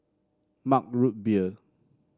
Mug Root Beer